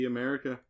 America